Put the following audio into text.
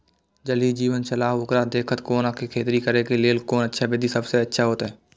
ज़ल ही जीवन छलाह ओकरा देखैत कोना के खेती करे के लेल कोन अच्छा विधि सबसँ अच्छा होयत?